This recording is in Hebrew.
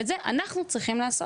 את זה אנחנו צריכים לעשות.